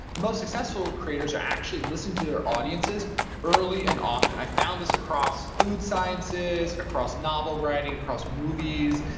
the most successful creators are actually listening to their audiences early and often i found this across food sciences, across novel writing, across movies,